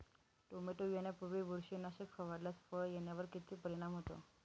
Tomato येण्यापूर्वी बुरशीनाशक फवारल्यास फळ येण्यावर किती परिणाम होतो?